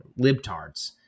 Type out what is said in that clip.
Libtards